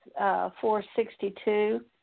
462